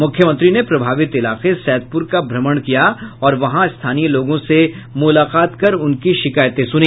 मुख्यमंत्री ने प्रभावित इलाके सैदपुर का भ्रमण किया और वहां स्थानीय लोगों से मुलाकात कर उनकी शिकायत सुनी